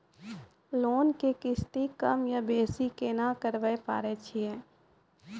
Loan के किस्ती कम या बेसी केना करबै पारे छियै?